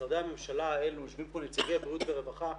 משרדי הממשלה, יושבים פה נציגי בריאות ורווחה,